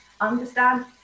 Understand